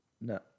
No